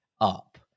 up